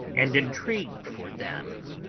and intrigued for them,